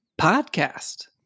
podcast